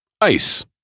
ICE